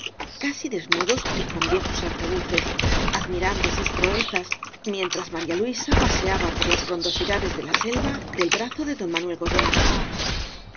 casi desnudos y con viejos arcabuces admirando sus proezas mientras maría luisa paseaba por las frondosidades de la selva del brazo de don manuel godoy